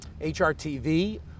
HRTV